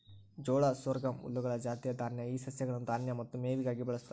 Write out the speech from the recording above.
ಜೋಳ ಸೊರ್ಗಮ್ ಹುಲ್ಲುಗಳ ಜಾತಿಯ ದಾನ್ಯ ಈ ಸಸ್ಯಗಳನ್ನು ದಾನ್ಯ ಮತ್ತು ಮೇವಿಗಾಗಿ ಬಳಸ್ತಾರ